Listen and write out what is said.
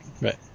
Right